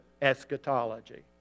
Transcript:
eschatology